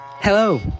Hello